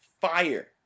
fire